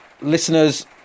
listeners